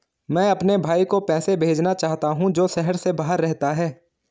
मैं अपने भाई को पैसे भेजना चाहता हूँ जो शहर से बाहर रहता है